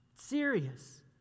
Serious